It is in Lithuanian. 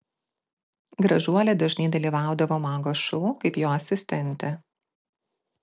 gražuolė dažnai dalyvaudavo mago šou kaip jo asistentė